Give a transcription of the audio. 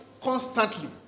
constantly